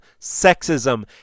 sexism